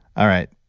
all right.